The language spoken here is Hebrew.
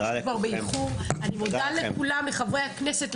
אני מודה לכולם לחברי הכנסת,